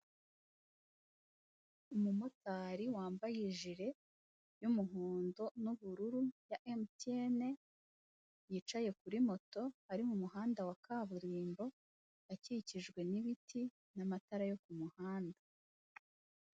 Umumotari wambaye ijire y'umuhondo n'ubururu ya emutiyene, yicaye kuri moto, ari mu muhanda wa kaburimbo, akikijwe n'ibiti n'amatara yo kumuhanda.